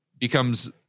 becomes